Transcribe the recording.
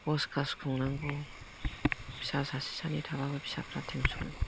भज खाज खुंनांगौ फिसा सासे सानै थाबाबो फिसाफ्राबो टेन्सन